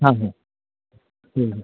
हां हां